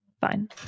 Fine